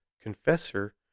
confessor